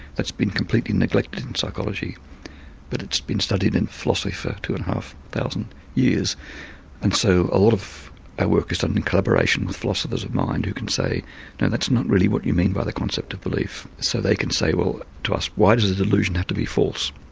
that's been completely neglected in psychology but it's been studied in philosophy for two and a half thousand years and so a lot of our work is done in collaboration with philosophers of mind who can say, no that's not really what you mean by the concept of belief. so they can say well to us why does a delusion have to be false?